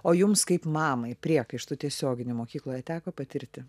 o jums kaip mamai priekaištų tiesioginių mokykloje teko patirti